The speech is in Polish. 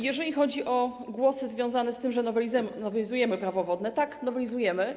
Jeżeli chodzi o głosy związane z tym, że nowelizujemy Prawo wodne - tak, nowelizujemy.